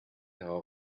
all